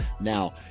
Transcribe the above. Now